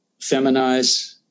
feminize